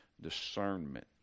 discernment